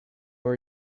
are